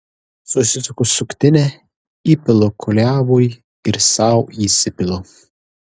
susisuku suktinę įpilu kuliavui ir sau įsipilu